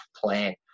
plan